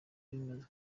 bimaze